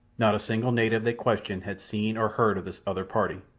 not a single native they questioned had seen or heard of this other party,